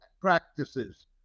practices